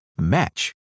match